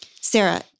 Sarah